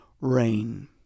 rain